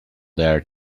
there